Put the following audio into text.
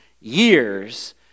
years